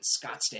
Scottsdale